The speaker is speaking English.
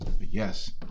yes